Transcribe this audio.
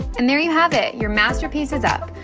and there you have it, your masterpiece is up.